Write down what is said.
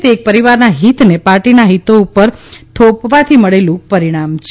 તે એક પરિવારના હિતને પાર્ટીના હિતો ઉપર થોપવાથી મળેલું પરિણામ છે